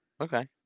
Okay